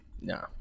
No